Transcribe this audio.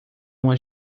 uma